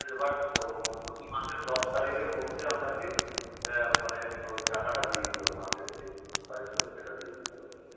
এবার তো প্রতি মাসের দশ তারিখের মধ্যে আপনাকে মানে ওই টাকাটা দিয়ে দিতে হবে মাসের যে পারিশ্রমিক সেটা দিয়ে দিতে হবে আপনাকে